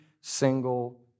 single